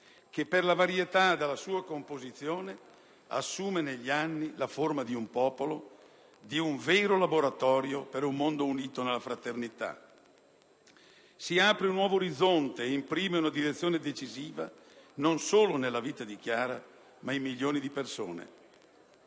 che per la varietà della sua composizione assume negli anni la forma di un popolo, di un vero laboratorio per un mondo unito nella fraternità. Si apre un nuovo orizzonte ed imprime una direzione decisiva, non solo nella vita di Chiara, ma in milioni di persone: